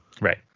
Right